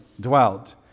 dwelt